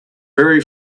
very